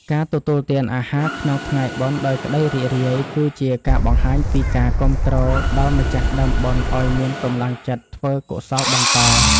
ការទទួលទានអាហារក្នុងថ្ងៃបុណ្យដោយក្តីរីករាយ គឺជាការបង្ហាញពីការគាំទ្រដល់ម្ចាស់ដើមបុណ្យឱ្យមានកម្លាំងចិត្តធ្វើកុសលបន្ត។